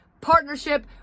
partnership